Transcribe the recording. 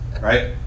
right